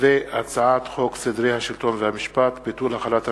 הצעת חוק סדרי השלטון והמשפט (ביטול החלת המשפט,